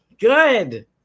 Good